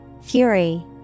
Fury